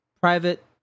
private